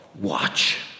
watch